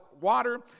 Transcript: water